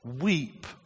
weep